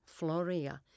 Floria